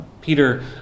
Peter